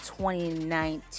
2019